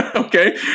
Okay